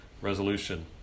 resolution